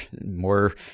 more